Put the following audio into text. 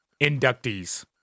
inductees